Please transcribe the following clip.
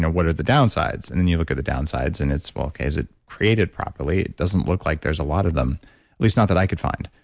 what are the downsides? and and you look at the downsides, and it's, well, is it created properly? it doesn't look like there's a lot of them, at least not that i could find.